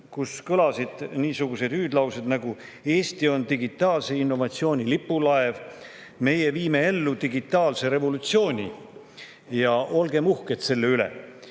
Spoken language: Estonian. kus kõlasid niisuguseid hüüdlaused, et Eesti on digitaalse innovatsiooni lipulaev, meie viime ellu digitaalse revolutsiooni ja olgem uhked selle üle,